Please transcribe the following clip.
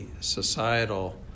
societal